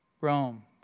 Rome